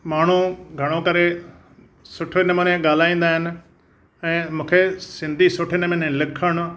माण्हू घणो करे सुठे नमूने ॻाल्हाईंदा आहिनि ऐं मूंखे सिंधी सुठे नमूने लिखणु